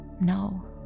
no